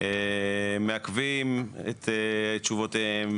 מעכבים את תשובותיהם,